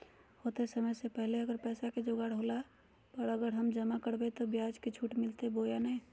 होतय समय से पहले अगर पैसा के जोगाड़ होला पर, अगर हम जमा करबय तो, ब्याज मे छुट मिलते बोया नय?